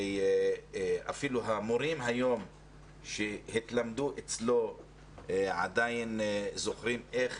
ואפילו המורים היום שהתלמדו אצלו עדיין זוכרים איך